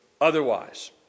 otherwise